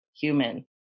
human